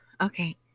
Okay